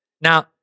Now